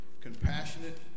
compassionate